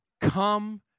come